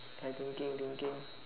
I thinking thinking